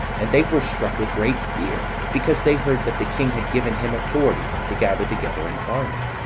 and they were struck with great fear, because they heard that the king had given him authority to gather together an army.